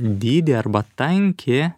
dydį arba tankį